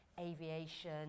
aviation